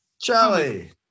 Charlie